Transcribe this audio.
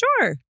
Sure